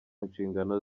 nshingano